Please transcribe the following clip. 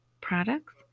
products